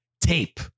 tape